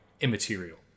immaterial